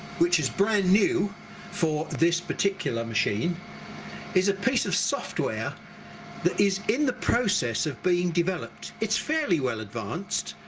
which is brand new for this particular machine is a piece of software that is in the process of being developed. it's fairly well advanced,